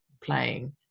playing